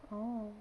orh